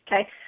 okay